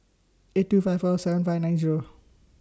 eight two five four seven five nine Zero